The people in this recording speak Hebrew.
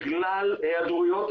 בגלל היעדרויות,